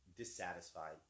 Dissatisfied